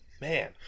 man